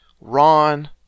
Ron